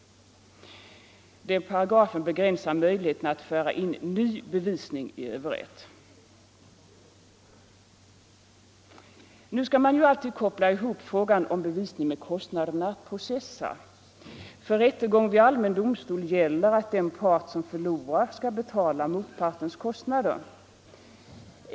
Denna paragraf begränsar möjligheten att föra in ny bevisning i överrätt. Man skall ju alltid koppla ihop frågan om bevisning med kostnaderna för att processa. För rättegång vid allmän domstol gäller att den part som förlorar skall betala motpartens kostnader.